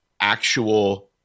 actual